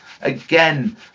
again